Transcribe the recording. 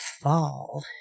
fall